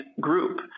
group